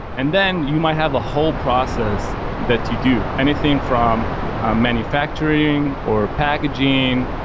and then you might have a whole process that you do. anything from manufacturing, or packaging.